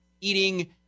Eating